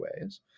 ways